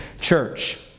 church